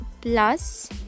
plus